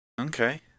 Okay